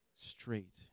straight